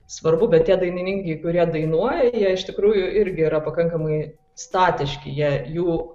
svarbu bet tie dainininkai kurie dainuoja jie iš tikrųjų irgi yra pakankamai statiški jie jų